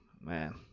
man